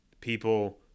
people